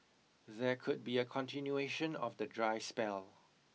there could be a continuation of the dry spell